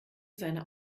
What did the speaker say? seiner